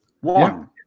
One